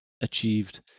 achieved